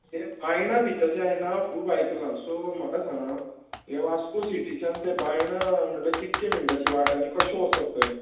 हे बायणां बिचाचें हांवें हांव खूब आयकलां सो म्हाका सांगा हें वास्को सिटीच्यान तें बायणां म्हटल्यार कितके मिनटाची वाट आनी कशें वचप थंय